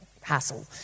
hassle